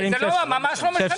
ממש לא משנה.